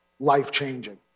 life-changing